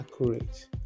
accurate